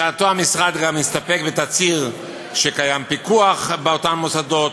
בשעתו המשרד גם הסתפק בתצהיר שקיים פיקוח באותם מוסדות,